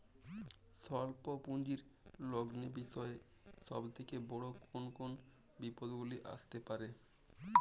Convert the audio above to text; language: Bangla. স্বল্প পুঁজির লগ্নি বিষয়ে সব থেকে বড় কোন কোন বিপদগুলি আসতে পারে?